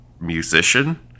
musician